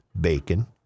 bacon